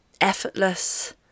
effortless